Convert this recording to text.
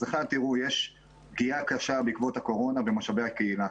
יש פגיעה קשה בעקבות הקורונה במשאבי הקהילה.